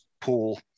pool